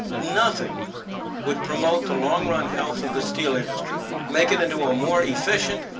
nothing would promote the long run health of the steel industry, make it into a more efficient,